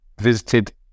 visited